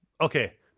okay